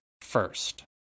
first